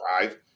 drive